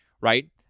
right